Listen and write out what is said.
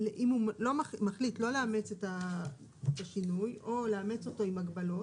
הוא מחליט לא לאמץ את השינוי או לאמץ אותו עם הגבלות,